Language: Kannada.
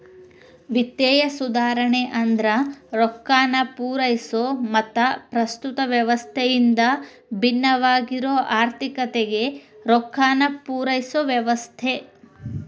ವಿತ್ತೇಯ ಸುಧಾರಣೆ ಅಂದ್ರ ರೊಕ್ಕಾನ ಪೂರೈಸೊ ಮತ್ತ ಪ್ರಸ್ತುತ ವ್ಯವಸ್ಥೆಯಿಂದ ಭಿನ್ನವಾಗಿರೊ ಆರ್ಥಿಕತೆಗೆ ರೊಕ್ಕಾನ ಪೂರೈಸೊ ವ್ಯವಸ್ಥೆ